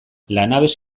lanabes